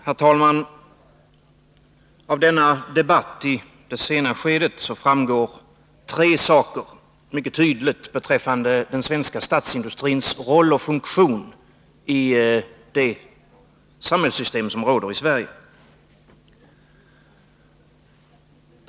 Herr talman! Av denna debatt, i det sena skedet, framgår tre saker mycket tydligt beträffande den svenska statsindustrins roll och funktion i det samhällssystem som råder i Sverige.